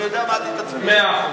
בצנחנים במסע כומתה לגבעת-התחמושת,